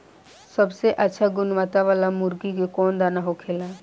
सबसे अच्छा गुणवत्ता वाला मुर्गी के कौन दाना होखेला?